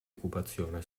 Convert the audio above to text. occupazione